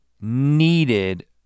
needed